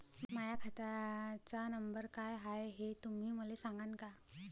माह्या खात्याचा नंबर काय हाय हे तुम्ही मले सागांन का?